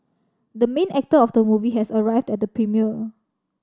the main actor of the movie has arrived at the premiere